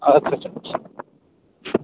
اَدٕ سا چَلو چَلو